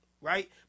right